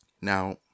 Now